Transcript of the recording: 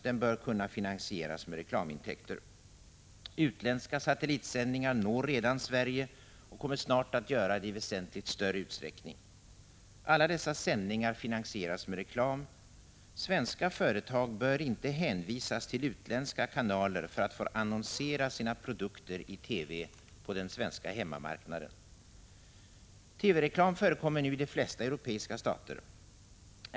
Den bör kunna finansieras med reklamintäkter. Utländska satellitsändningar når redan Sverige och kommer snart att göra det i väsentligt större utsträckning. Alla dessa sändningar finansieras med reklam. Svenska företag bör inte hänvisas till utländska kanaler för att få annonsera sina produkter i TV på den svenska hemmamarknaden. TV-reklam förekommer nu i de flesta europeiska stater.